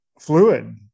fluid